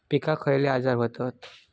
पिकांक खयले आजार व्हतत?